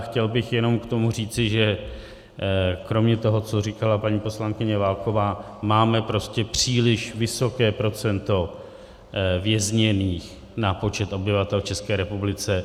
Chtěl bych k tomu jenom říci, že kromě toho, co říkala paní poslankyně Válková, máme prostě příliš vysoké procento vězněných na počet obyvatel v České republice.